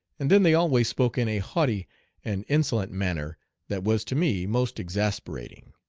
and then they always spoke in a haughty and insolent manner that was to me most exasperating.